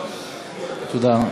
תודה.